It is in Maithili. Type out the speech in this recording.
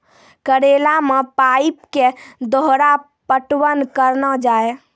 करेला मे पाइप के द्वारा पटवन करना जाए?